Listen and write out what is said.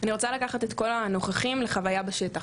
אני רוצה לקחת את כל הנוכחים לחוויה בשטח: